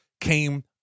came